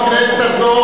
בכנסת הזו,